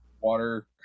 water